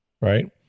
right